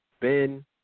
Ben